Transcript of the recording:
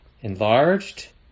Enlarged